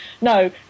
No